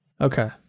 Okay